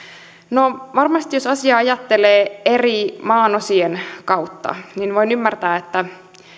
no varmasti jos asiaa ajattelee maan eri osien kautta niin voin ymmärtää että